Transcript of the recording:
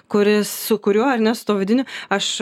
kuris su kuriuo ar ne su tuo vidiniu aš